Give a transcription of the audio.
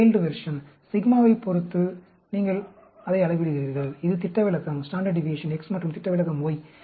சிக்மாவைப் sigma பொறுத்து நீங்கள் அதை அளவிடுகிறீர்கள் இது திட்டவிலக்கம் X மற்றும் திட்டவிலக்கம் Y